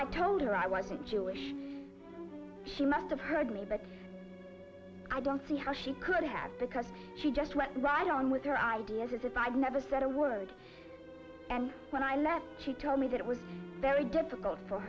i told her i wasn't jewish she must have heard me but i don't see how she could have because she just went right on with her ideas as if i'd never said a word and when i left she told me that it was very difficult for